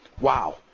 Wow